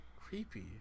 creepy